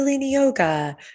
yoga